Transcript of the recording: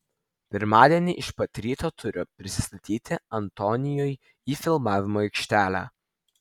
pirmadienį iš pat ryto turiu prisistatyti antonijui į filmavimo aikštelę